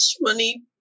money